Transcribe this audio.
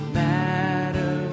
matter